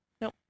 Nope